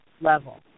level